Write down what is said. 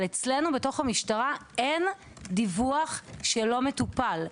אבל אצלנו, בתוך המשטרה, אין דיווח שלא מטופל.